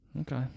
Okay